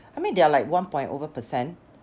I mean they are like one point over percent